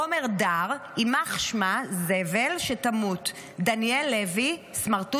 עומר דר: "יימח שמה זבל שתמות"; דניאל לוי: "סמרטוט